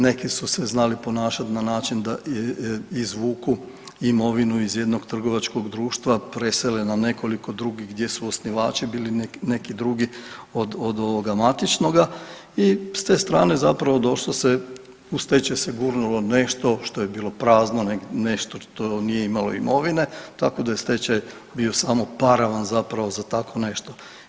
Neki su se znali ponašati na način da izvuku imovinu iz jednog trgovačkog društva, presele na nekoliko drugih gdje su osnivači bili neki drugi od matičnoga i s te strane zapravo došlo se, u stečaj se gurnulo nešto što je bilo prazno, nešto što nije imalo imovine tako da je stečaj bio samo paravan za tako nešto.